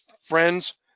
friends